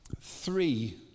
three